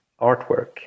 artwork